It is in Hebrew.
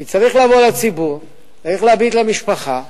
צריך לבוא לציבור, צריך להביט במשפחה,